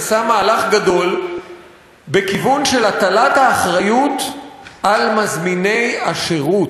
עשה מהלך גדול בכיוון של הטלת האחריות על מזמיני השירות.